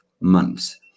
months